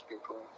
people